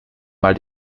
mal